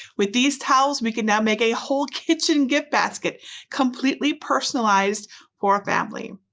with these towel, we can now make a whole kitchen gift basket completely personalized for a family.